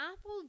apple